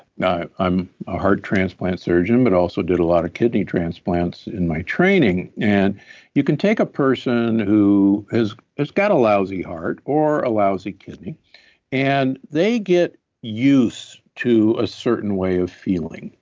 now, i'm a heart transplant surgeon, but also did a lot of kidney transplants in my training. and you can take a person who has got a lousy heart or allows a kidney and they get used to a certain way of feeling.